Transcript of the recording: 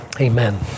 Amen